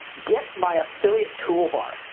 get my affiliate toolbar,